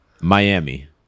Miami